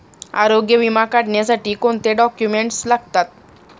आरोग्य विमा काढण्यासाठी कोणते डॉक्युमेंट्स लागतात?